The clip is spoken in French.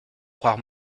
croire